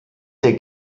der